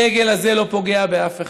הדגל הזה לא פוגע באף אחד.